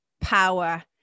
power